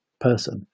person